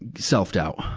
self-doubt,